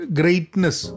greatness